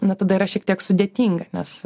nu tada yra šiek tiek sudėtinga nes